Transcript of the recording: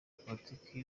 politiki